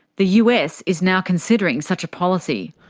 the us is now considering such a policy.